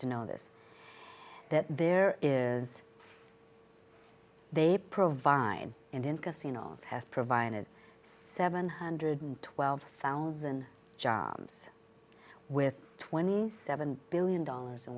to notice that there is they provide and in casinos has provided seven hundred twelve thousand jobs with twenty seven billion dollars